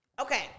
Okay